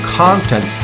content